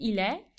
ile